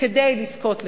כדי לזכות לחינוך,